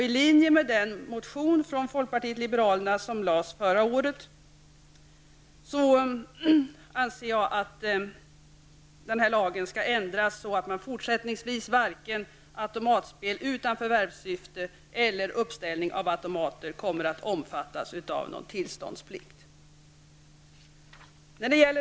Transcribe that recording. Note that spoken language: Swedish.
I linje med folkpartiet liberalernas motion förra året i detta sammanhang anser jag att den här lagen skall ändras, så att fortsättningsvis varken automatspel utan förvärvssyfte eller uppställning av automater kommer att omfattas av tillståndsplikt.